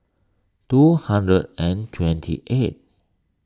two hundred and twenty eighth